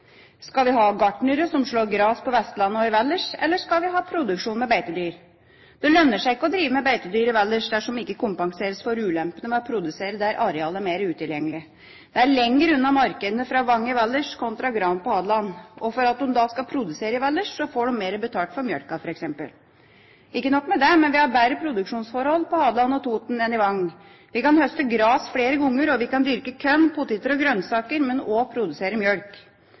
Skal vi ha gartnere som slår gress på Vestlandet og i Valdres, eller skal vi ha produksjon med beitedyr? Det lønner seg ikke å drive med beitedyr i Valdres dersom det ikke kompenseres for ulempen ved å produsere der arealet er mer utilgjengelig. Det er lenger unna markedene fra Vang i Valdres kontra Gran på Hadeland, og for at de skal produsere i Valdres, får de mer betalt for melken, f.eks. Ikke nok med det, men vi har bedre produksjonsforhold på Hadeland og Toten enn i Vang. Vi kan høste gress flere ganger, og vi kan dyrke korn, poteter og grønnsaker, men også produsere